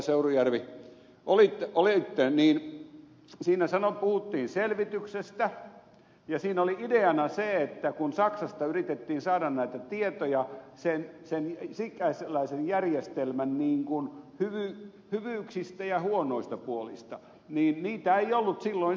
seurujärvi ollaan niin siinä puhuttiin selvityksestä ja siinä oli ideana se että kun saksasta yritettiin saada näitä tietoja sikäläisen järjestelmän hyvyyksistä ja huonoista puolista niin niitä ei ollut silloin saatavissa